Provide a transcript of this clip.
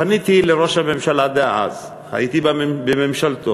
פניתי לראש הממשלה דאז, הייתי בממשלתו